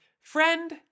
Friend